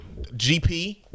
GP